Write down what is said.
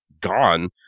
gone